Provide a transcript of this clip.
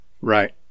Right